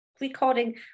recording